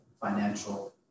financial